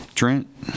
Trent